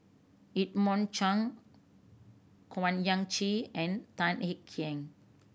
Edmund Cheng Owyang Chi and Tan Kek Hiang